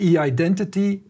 E-Identity